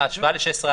ההשוואה ל-16(א),